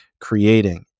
creating